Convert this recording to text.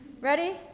Ready